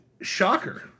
shocker